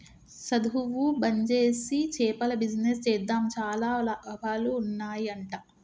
సధువు బంజేసి చేపల బిజినెస్ చేద్దాం చాలా లాభాలు ఉన్నాయ్ అంట